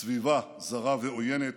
הסביבה זרה ועוינת,